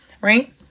right